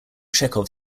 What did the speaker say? chekhov